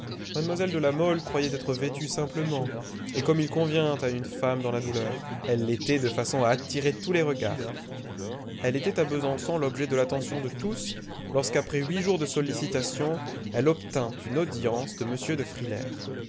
mlle de la mole croyait être vêtue simplement et comme il convient à une femme dans la douleur elle l'était de façon à attirer tous les regards elle était à besançon l'objet de l'attention de tous lorsque après huit jours de sollicitations elle obtint une audience de m de frilair